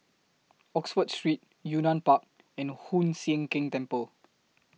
Oxford Street Yunnan Park and Hoon Sian Keng Temple